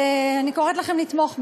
ואני קוראת לכם לתמוך בהצעה.